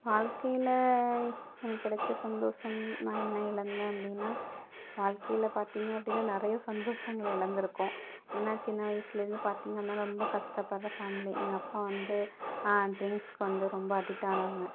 வாழ்க்கையில் எனக்கு கிடைச்ச சந்தோஷம் நான் என்ன இழந்த அப்படினா வாழ்க்கையில் பார்த்திங்க அப்படினா நிறைய சந்தோஷங்களை இழந்துருக்கோம் ஏன்னால் சின்ன வயசில் இருந்து பார்த்திங்க அப்படின்னா ரொம்ப கஷ்டபடுகிற ஃபேமிலி எங்கள் அப்பா வந்து ட்ரிங்ஸ்க்கு வந்து ரொம்ப அடிக்ட்டானவங்க